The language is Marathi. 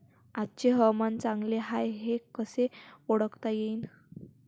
आजचे हवामान चांगले हाये हे कसे ओळखता येईन?